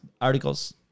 Articles